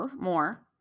more